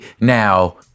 Now